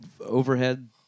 overhead